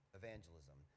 evangelism